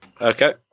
okay